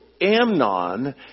Amnon